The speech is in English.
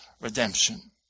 redemption